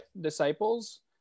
disciples